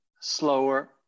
slower